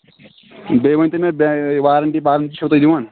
بیٚیہِ ؤنۍ تَو مےٚ وارَنٹی پارَنٹی چھو تُہۍ دِوان